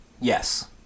Yes